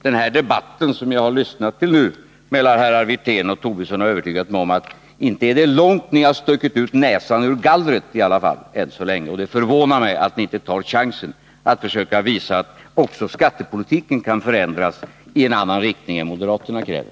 Den debatt som jag har lyssnat till nu mellan herrar Wirtén och Tobisson har övertygat mig om att inte är det långt ni stuckit ut näsan genom gallret än så länge, och det förvånar mig att ni inte tar chansen att försöka visa att också skattepolitiken kan förändras i en annan riktning än moderaterna kräver.